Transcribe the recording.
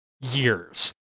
years